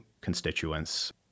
constituents